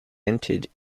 entered